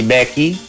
Becky